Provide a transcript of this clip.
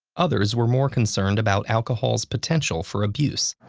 others were more concerned about alcohol's potential for abuse.